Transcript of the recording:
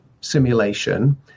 simulation